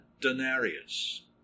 denarius